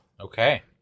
Okay